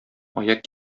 аяк